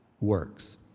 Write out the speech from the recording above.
works